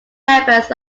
members